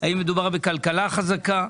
האם מדובר בכלכלה חזקה,